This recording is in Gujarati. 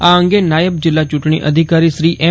આ અંગે નાયબ જીલ્લા ચુંટજી અધિકારી શ્રી એમ